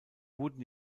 wurden